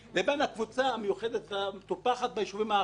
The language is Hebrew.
הקבוצה המיוחדת המטופחת בישובים האחרים,